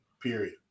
period